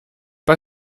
pas